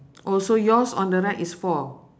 oh so yours on the right is four